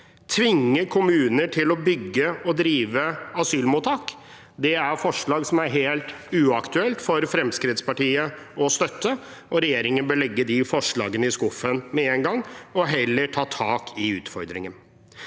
tvinge kommuner til å bygge og drive asylmottak. Det er forslag som det er helt uaktuelt for Fremskrittspartiet å støtte. Regjeringen bør legge de forslagene i skuffen med en gang og heller ta tak i utfordringen.